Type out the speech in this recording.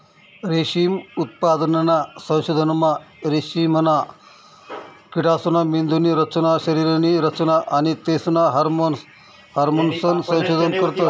रेशीम उत्पादनना संशोधनमा रेशीमना किडासना मेंदुनी रचना, शरीरनी रचना आणि तेसना हार्मोन्सनं संशोधन करतस